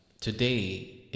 today